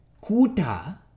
Kuta